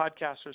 podcasters